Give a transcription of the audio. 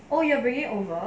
oh ya 给那个 ang mo